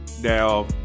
Now